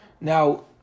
Now